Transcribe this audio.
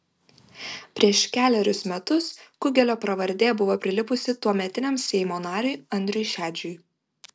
prieš kelerius metus kugelio pravardė buvo prilipusi tuometiniam seimo nariui andriui šedžiui